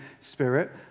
spirit